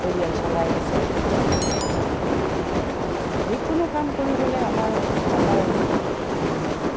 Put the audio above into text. পৰিয়াল চলাই আছে আৰু যিকোনো কাম কৰিবলৈ আমাৰ অসমৰ